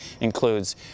includes